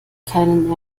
keinen